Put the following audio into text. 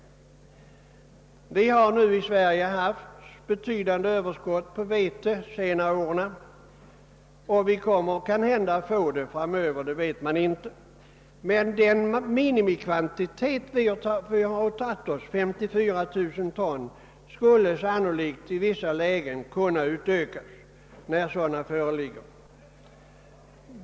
Vi har nu i Sverige haft betydande överskott på vete under de senare åren, och vi kommer kanhända också att få det framöver, men det vet man inte. Den minimikvantitet vi har åtagit oss att leverera, 54 000 ton, skulle sannolikt 1 vissa lägen kunna utökas, när förutsättningar härför föreligger.